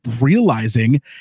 realizing